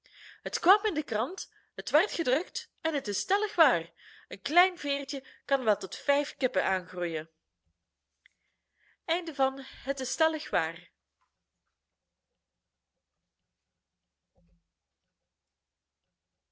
het kwam in de krant het werd gedrukt en het is stellig waar een klein veertje kan wel tot vijf kippen aangroeien